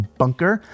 bunker